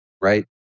right